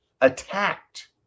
attacked